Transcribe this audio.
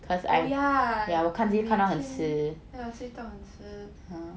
oh yeah 每天还有睡到很迟